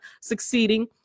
succeeding